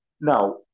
Now